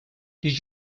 did